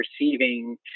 receiving